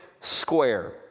square